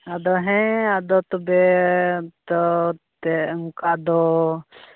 ᱟᱫᱚ ᱦᱮᱸ ᱟᱫᱚ ᱛᱚᱵᱮ ᱛᱚ ᱮᱱᱛᱮᱫ ᱚᱱᱠᱟᱫᱚ